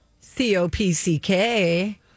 C-O-P-C-K